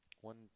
one